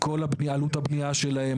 כל עלות הבנייה שלהם,